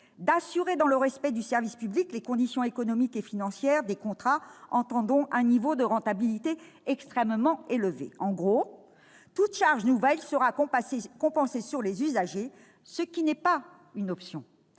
d'assurer, dans le respect du service public, les conditions économiques et financières » des contrats- entendons un niveau de rentabilité extrêmement élevé. En gros, toute charge nouvelle sera compensée sur les usagers, ce qui n'est pas une option.